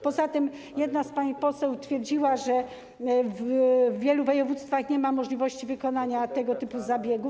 Poza tym jedna z pań poseł twierdziła, że w wielu województwach nie ma możliwości wykonania tego typu zabiegów.